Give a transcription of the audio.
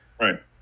Right